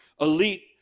elite